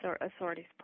authorities